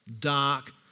dark